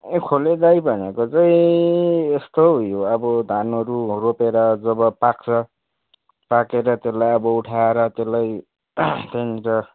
ए खले दाइँ भनेको चाहिँ यस्तो हौ यो अब धानहरू रोपेर जब पाक्छ पाकेर त्यसलाई अब उठाएर त्यसलाई त्यहाँदेखि त